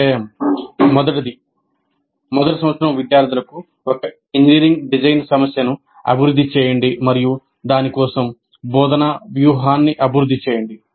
వ్యాయామం 1 మొదటి సంవత్సరం విద్యార్థులకు ఒక ఇంజనీరింగ్ డిజైన్ సమస్యను అభివృద్ధి చేయండి మరియు దాని కోసం బోధనా వ్యూహాన్ని అభివృద్ధి చేయండి